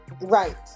Right